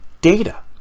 data